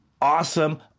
awesome